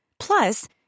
Plus